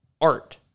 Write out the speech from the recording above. art